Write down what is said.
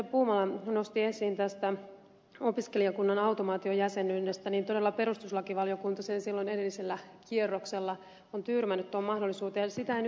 puumala nosti esiin tämän opiskelijakunnan automaatiojäsenyyden niin todella perustuslakivaliokunta silloin edellisellä kierroksella on tyrmännyt tuon mahdollisuuden